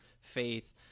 faith